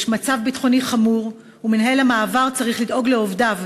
יש מצב ביטחוני חמור ומנהל המעבר צריך לדאוג לעובדיו,